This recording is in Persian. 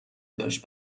داشت